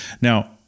Now